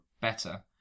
better